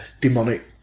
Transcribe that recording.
demonic